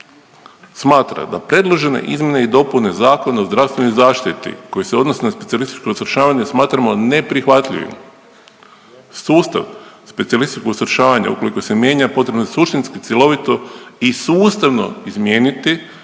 smatra da predložene izmjene i dopune Zakona o zdravstvenoj zaštiti koje se odnose na specijalističko usavršavanje smatramo neprihvatljivim. Sustav specijalističkog usavršavanja ukoliko se mijenja potrebno je suštinski, cjelovito i sustavno izmijeniti,